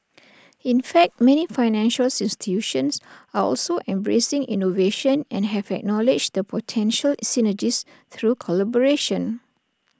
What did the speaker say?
in fact many financial institutions are also embracing innovation and have acknowledged the potential synergies through collaboration